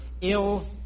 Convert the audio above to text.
ill